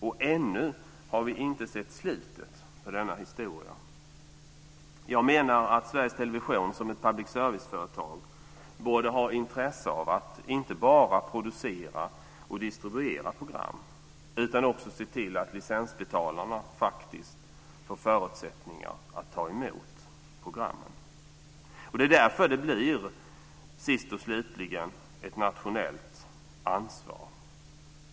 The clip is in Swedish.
Och ännu har vi inte sett slutet på denna historia. Jag menar att Sveriges Television som ett public service-företag borde ha intresse av att inte bara producera och distribuera program utan också se till att licensbetalarna faktiskt får förutsättningar att ta emot programmen. Det är därför detta sist och slutligen blir ett nationellt ansvar.